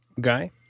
Guy